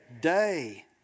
day